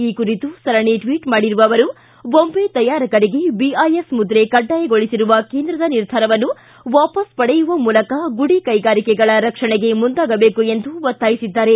ಈ ಕುರಿತು ಸರಣಿ ಟ್ವಿಬ್ ಮಾಡಿರುವ ಅವರು ಬೊಂಬೆ ತಯಾರಕರಿಗೆ ಬಿಐಎಸ್ ಮುದ್ರೆ ಕಡ್ಡಾಯಗೊಳಿಸುವ ಕೇಂದ್ರದ ನಿರ್ಧಾರವನ್ನು ವಾಪಸು ಪಡೆಯುವ ಮೂಲಕ ಗುಡಿ ಕೈಗಾರಿಕೆಗಳ ರಕ್ಷಣೆಗೆ ಮುಂದಾಗಬೇಕು ಎಂದು ಒತ್ತಾಯಿಸಿದ್ದಾರೆ